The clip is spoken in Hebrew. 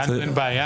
לנו אין בעיה.